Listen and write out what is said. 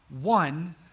one